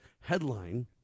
headline